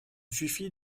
suffit